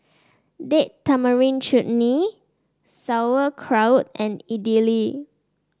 Date Tamarind Chutney Sauerkraut and Idili